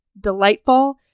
delightful